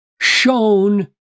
shown